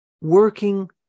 working